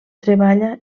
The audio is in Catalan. treballa